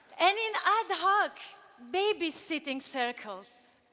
and in ad hoc babysitting circles.